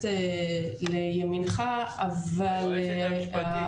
לימינך -- היועצת המשפטית של הוועדה.